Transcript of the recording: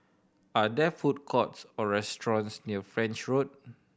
are there food courts or restaurants near French Road